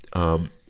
um,